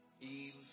Eve